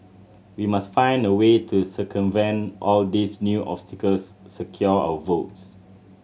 we must find a way to circumvent all these new obstacles secure our votes